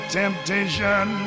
temptation